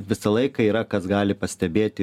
visą laiką yra kas gali pastebėti